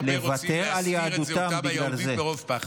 שהרבה רוצים להסתיר את זהותם היהודית מרוב פחד.